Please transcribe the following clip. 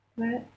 what